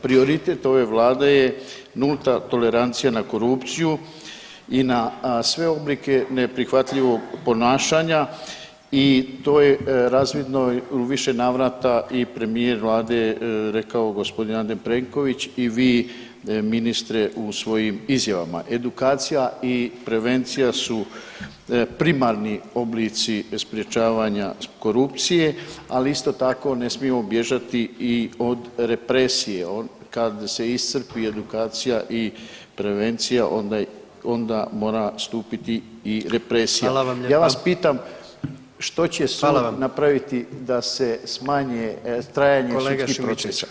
Prioritet ove vlade je nulta tolerancija na korupciju i na sve oblike neprihvatljivog ponašanja i to je razvidno u više navrata i premijer vlade rekao g. Andrej Plenković i vi ministre u svojim izjavama, edukacija i prevencija su primarni oblici sprječavanja korupcije, ali isto tako ne smiju bježati i od represije, kad se iscrpi edukacija i prevencija onda, onda mora stupiti i represija [[Upadica: Hvala vam lijepa]] Ja vas pitam [[Upadica: Hvala vam]] što će sud napraviti da se smanje trajanje [[Upadica: Kolega Šimičević, hvala vam lijepo]] sudskih procesa?